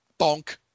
bonk